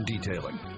detailing